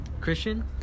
christian